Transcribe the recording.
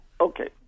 Okay